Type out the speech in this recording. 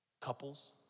Couples